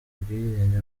ubwigenge